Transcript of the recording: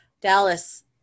dallas